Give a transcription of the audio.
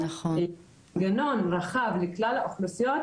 מנגנון רחב לכלל האוכלוסיות,